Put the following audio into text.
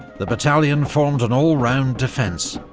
the battalion formed an all-round defence,